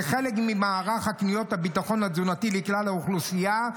כחלק ממערך הקניית הביטחון התזונתי לכלל האוכלוסייה,